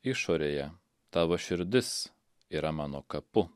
išorėje tavo širdis yra mano kapu